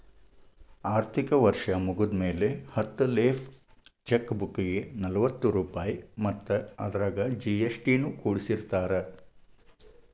ಆರ್ಥಿಕ ವರ್ಷ್ ಮುಗ್ದ್ಮ್ಯಾಲೆ ಹತ್ತ ಲೇಫ್ ಚೆಕ್ ಬುಕ್ಗೆ ನಲವತ್ತ ರೂಪಾಯ್ ಮತ್ತ ಅದರಾಗ ಜಿ.ಎಸ್.ಟಿ ನು ಕೂಡಸಿರತಾರ